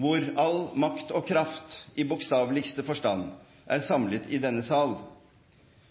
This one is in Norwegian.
hvor «al Magt og Kraft» i bokstaveligste forstand er samlet i denne sal,